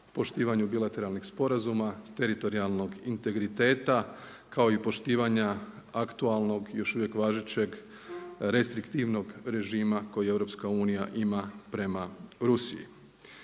poštivanju bilateralnih sporazuma, teritorijalnog integriteta kao i poštivanja aktualnog još uvijek važećeg restriktivnog režima koji EU ima prema Rusiji.